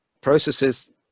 processes